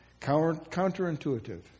counterintuitive